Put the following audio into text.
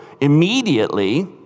Immediately